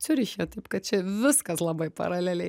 ciuriche taip kad čia viskas labai paraleliai